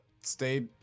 stay